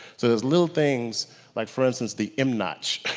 so there's little things like for instance the m notch,